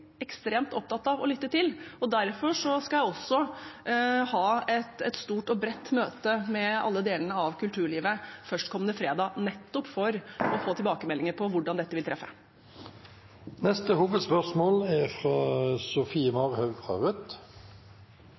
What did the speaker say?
ekstremt opptatt av å lytte til. Derfor skal jeg også ha et stort og bredt møte med alle delene av kulturlivet førstkommende fredag, nettopp for å få tilbakemeldinger på hvordan dette vil treffe. Vi går videre til neste hovedspørsmål. Naturen er